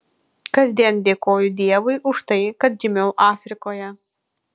kasdien dėkoju dievui už tai kad gimiau afrikoje